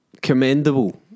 Commendable